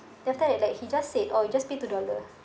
then after that like he just said oh you just pay two dollar